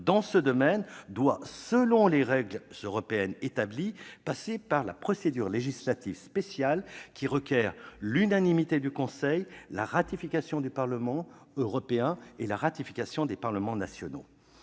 dans ce domaine doit, selon les règles européennes, passer par la procédure législative spéciale, qui requiert l'unanimité du Conseil, la ratification du Parlement européen et celle des parlements nationaux.